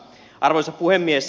arvoisa puhemies